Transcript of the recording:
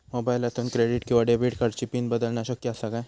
मोबाईलातसून क्रेडिट किवा डेबिट कार्डची पिन बदलना शक्य आसा काय?